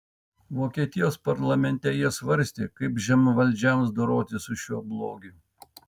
vokietijos parlamente jie svarstė kaip žemvaldžiams dorotis su šiuo blogiu